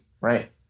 right